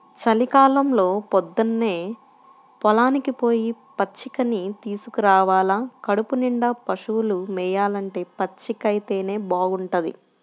చలికాలంలో పొద్దన్నే పొలానికి పొయ్యి పచ్చికని తీసుకురావాల కడుపునిండా పశువులు మేయాలంటే పచ్చికైతేనే బాగుంటది